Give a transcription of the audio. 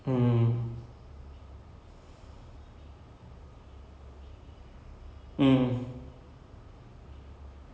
there was one question one of the movies asking him what would you do if you were not iron man then he was like I'll still be a super genius um multi millionaire